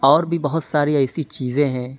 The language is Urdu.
اور بھی بہت ساری ایسی چیزیں ہیں